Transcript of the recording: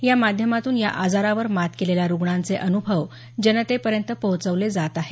या माध्यमातून या आजारावर मात केलेल्या रुग्णांचे अनुभव जनतेपयंत पोहचवले जात आहेत